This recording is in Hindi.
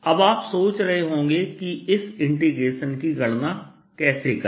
अब आप सोच रहे होंगे कि इस इंटीग्रेशन की गणना कैसे करें